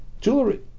jewelry